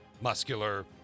Muscular